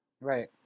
Right